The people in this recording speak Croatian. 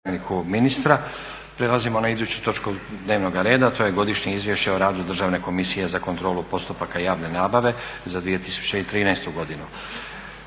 (SDP)** Prelazimo na iduću točku dnevnoga reda a to je: - Godišnje izvješće o radu Državne komisije za kontrolu postupaka javne nabave za 2013. godinu;